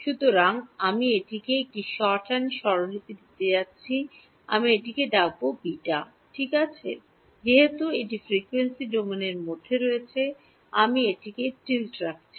সুতরাং আমি এটিকে একটি শর্টহ্যান্ড স্বরলিপি দিতে যাচ্ছি আমি এটিকে ডাকব β ঠিক আছে যেহেতু এটি ফ্রিকোয়েন্সি ডোমেনের মধ্যে রয়েছে আমি এটিতে টিলড রাখছি